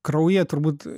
kraujyje turbūt